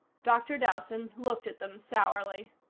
dr. dowson looked at them sourly.